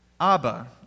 abba